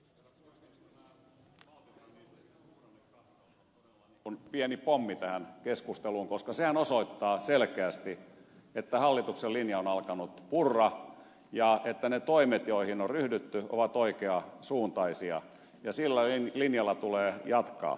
tämä valtiovarainministeriön suhdannekatsaus on pieni pommi tähän keskusteluun koska sehän osoittaa selkeästi että hallituksen linja on alkanut purra ja että ne toimet joihin on ryhdytty ovat oikean suuntaisia ja sillä linjalla tulee jatkaa